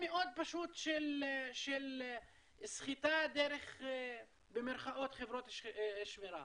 זה מקרה מאוד פשוט של סחיטה דרך במרכאות חברות שמירה.